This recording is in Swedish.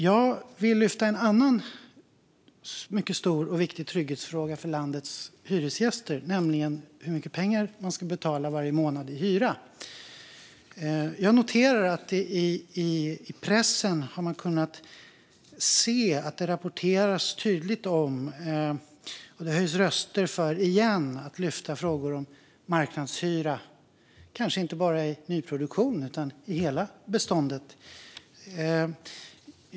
Jag vill lyfta upp en annan trygghetsfråga som är mycket stor och viktig för landets hyresgäster, nämligen hur mycket pengar man ska betala varje månad i hyra. Jag noterar att man i pressen har kunnat se att det rapporteras tydligt om och att det höjs röster för att åter lyfta upp frågan om marknadshyror, kanske inte bara i nyproduktion utan i hela beståndet.